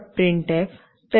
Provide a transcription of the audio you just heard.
printf bluetooth